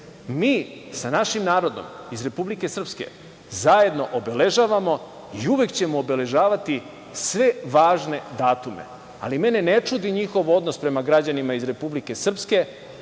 sa našim narodom iz Republike Srpske zajedno obeležavamo i uvek ćemo obeležavati sve važne datume. Ali mene ne čudi njihov odnos prema građanima iz Republike Srpske